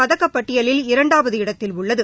பதக்கப்பட்டியலில் இரண்டாவது இடத்தில் உள்ளது